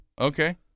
Okay